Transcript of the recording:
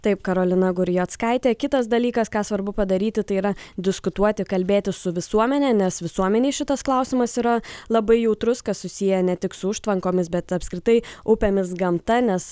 taip karolina gurjazkaitė kitas dalykas ką svarbu padaryti tai yra diskutuoti kalbėtis su visuomene nes visuomenei šitas klausimas yra labai jautrus kas susiję ne tik su užtvankomis bet apskritai upėmis gamta nes